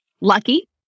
lucky